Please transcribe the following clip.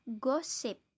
gossip